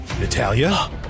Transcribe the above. Natalia